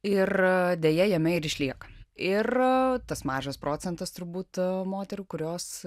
ir deja jame ir išlieka ir tas mažas procentas turbūt moterų kurios